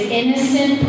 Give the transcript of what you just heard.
innocent